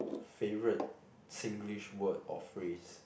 favourite Singlish word or phrase